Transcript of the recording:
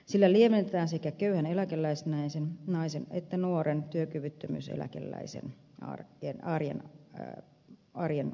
sillä lievennetään sekä köyhän eläkeläisnaisen että nuoren työkyvyttömyyseläkeläisen arjen kurjuutta